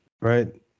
right